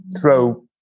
throw